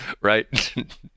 right